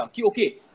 okay